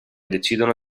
decidono